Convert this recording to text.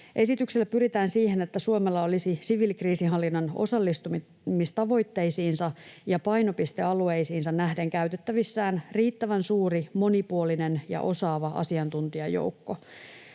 Esityksellä pyritään siihen, että Suomella olisi siviilikriisinhallinnan osallistumistavoitteisiinsa ja painopistealueisiinsa nähden käytettävissään riittävän suuri, monipuolinen ja osaava asiantuntijajoukko.